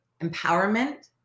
empowerment